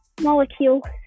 molecule